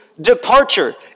departure